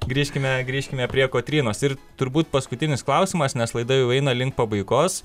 grįžkime grįžkime prie kotrynos ir turbūt paskutinis klausimas nes laida jau eina link pabaigos